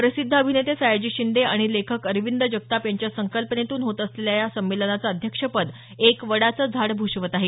प्रसिद्ध अभिनेते सयाजी शिंदे आणि लेखक अरविंद जगताप यांच्या संकल्पनेतून होत असलेल्या या संमेलनाचं अध्यक्षपद एक वडाचं झाड भूषवत आहे